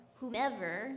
whomever